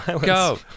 Go